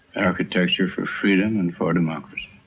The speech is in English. architecture for freedom and for democracy.